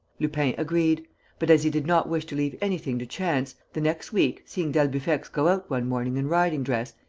lupin agreed but, as he did not wish to leave anything to chance, the next week, seeing d'albufex go out one morning in riding-dress,